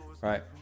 right